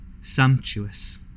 Sumptuous